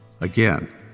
Again